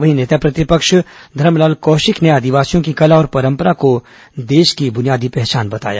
वहीं नेता प्रतिपक्ष धरमलाल कौशिक ने आदिवासियों की कला और परंपरा को देश्या की बुनियादी पहचान बताया